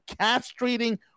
castrating